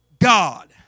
God